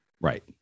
right